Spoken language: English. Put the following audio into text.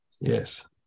Yes